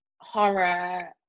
horror